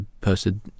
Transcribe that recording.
posted